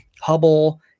Hubble